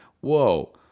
Whoa